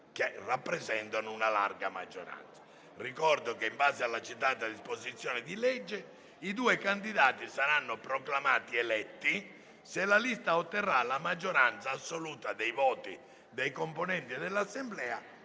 che rappresentano una larga maggioranza. Ricordo che in base alla citata disposizione di legge i due candidati saranno proclamati eletti se la lista posta in votazione otterrà la maggioranza assoluta dei voti dei componenti l'Assemblea,